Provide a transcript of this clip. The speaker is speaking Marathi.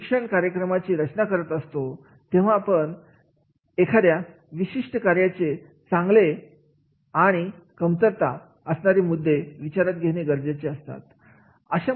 जेव्हा आपण प्रशिक्षण कार्यक्रमाची रचना करत असतो तेव्हा आपण एखाद्या विशिष्ट कार्याचे चांगले मुद्दे आणि कमतरता विचारात घेणे गरजेचे आहे